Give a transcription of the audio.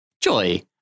Joy